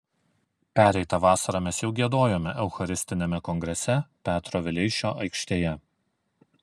pereitą vasarą mes jau giedojome eucharistiniame kongrese petro vileišio aikštėje